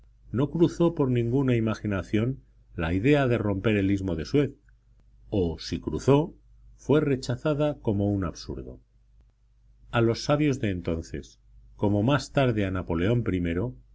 no cruzó por ninguna imaginación la idea de romper el istmo de suez o si cruzó fue rechazada como un absurdo a los sabios de entonces como más tarde a napoleón